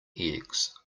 eggs